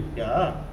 ya